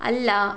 ಅಲ್ಲ